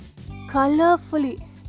colorfully